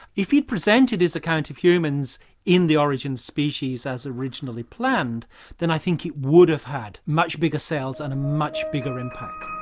if he'd presented his account of humans in the origin of species as originally planned then i think it would have had much bigger sales and a much bigger impact.